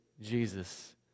Jesus